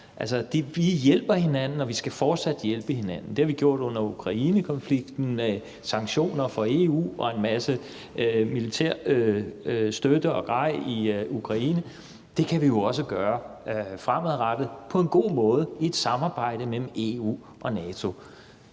Vi hjælper hinanden, og vi skal fortsat hjælpe hinanden. Det har vi gjort under Ukrainekonflikten med sanktioner fra EU's side og med en masse militær støtte og grej til Ukraine, og det kan vi også gøre fremadrettet på en god måde i et samarbejde mellem EU og NATO.